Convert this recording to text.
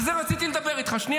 על זה רציתי לדבר איתך.